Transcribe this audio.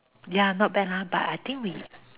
ya not bad ah but I think we